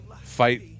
fight